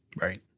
Right